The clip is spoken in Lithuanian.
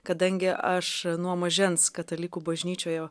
kadangi aš nuo mažens katalikų bažnyčioje